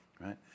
right